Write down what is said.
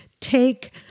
Take